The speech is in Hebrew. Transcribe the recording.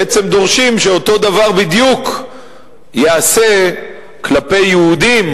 בעצם דורשים שאותו דבר בדיוק ייעשה כלפי יהודים,